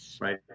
Right